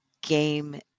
game